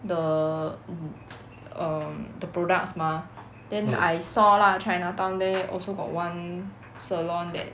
the mm um the products mah then I saw lah chinatown there also got one salon that